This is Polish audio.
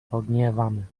pogniewamy